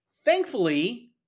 Thankfully